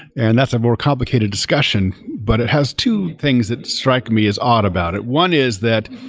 and that's a more complicated discussion. but it has two things that strike me as odd about it. one is that